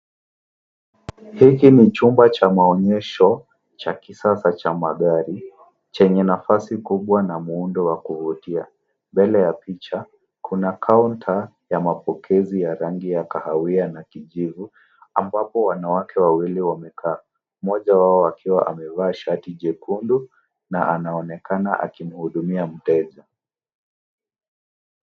Hiki ni chumba cha maonyesho cha kisasa cha magari chenye nafasi kubwa na muundo wa kuvutia. Mbele ya picha kuna kaunta ya mapokezi ya rangi ya kahawia na kijivu ambapo wanawake wawili wameka. Mmoja wao akiwa amevaa shati jekundu na anaonekana akimhudumia mteja.